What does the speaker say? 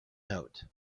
note